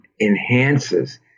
enhances